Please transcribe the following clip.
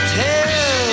tell